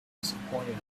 disappointed